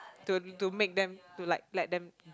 to to make them to like let them